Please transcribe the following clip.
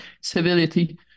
civility